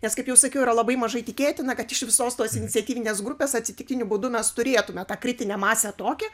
nes kaip jau sakiau yra labai mažai tikėtina kad iš visos tos iniciatyvinės grupės atsitiktiniu būdu mes turėtume tą kritinę masę tokią